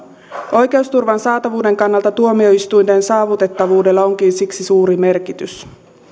oikeusturvan saatavuuden kannalta tuomioistuimen saavutettavuudella onkin siksi suuri merkitys